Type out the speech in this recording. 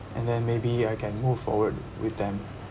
and then maybe I can move forward with them